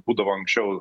būdavo anksčiau